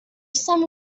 some